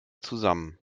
zusammen